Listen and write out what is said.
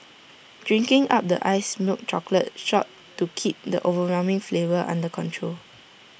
drink up the iced milk chocolate shot to keep the overwhelming flavour under control